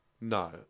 no